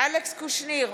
אלכס קושניר,